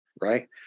right